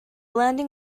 landing